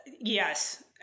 Yes